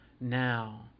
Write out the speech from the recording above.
now